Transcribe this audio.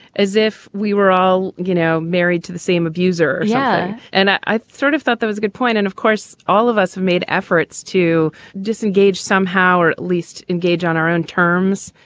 as if we were all, you know, married to the same abuser. yeah and i sort of thought that was a good point. and of course, all of us have made efforts to disengage somehow or at least engage on our own terms.